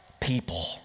people